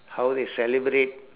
how they celebrate